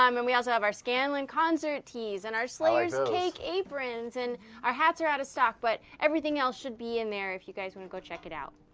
um and we also have our scanlan concert tees and our slayer's cake aprons. and our hats are out of stock, but everything else should be in there if you guys want to go check it out.